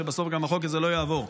שבסוף גם החוק הזה לא יעבור.